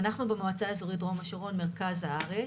אנחנו במועצה האזורית דרום השרון, מרכז הארץ.